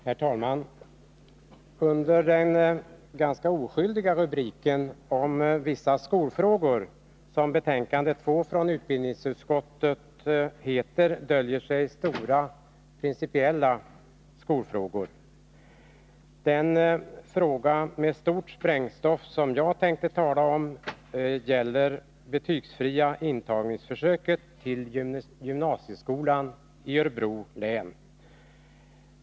Herr talman! Under den ganska oskyldiga rubriken ”Om vissa skolfrågor” döljer sig i utbildningsutskottets betänkande nr 2 stora principiella skolfrågor. Den fråga med stort inslag av sprängstoff vilken jag tänkte tala för gäller försöket med betygsfri intagning till gymnasieskolan i Örebro län.